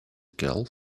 girl